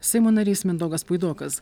seimo narys mindaugas puidokas